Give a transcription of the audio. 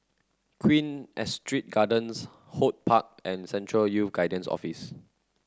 Queen Astrid Gardens HortPark and Central Youth Guidance Office